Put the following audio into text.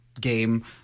game